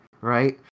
right